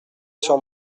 sur